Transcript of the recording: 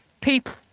people